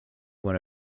one